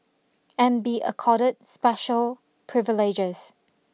and be accorded special privileges